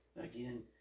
again